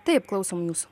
taip klausom jūsų